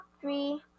three